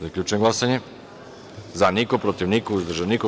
Zaključujem glasanje: za – niko, protiv – niko, uzdržan – niko.